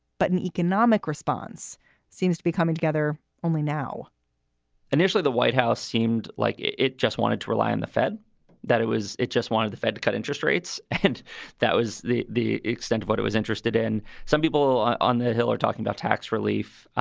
but an economic response seems to be coming together only now initially, the white house seemed like it it just wanted to rely on the fed that it was it just wanted the fed to cut interest rates, and that was the the extent of what it was interested in. some people on the hill are talking about tax relief,